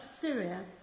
Syria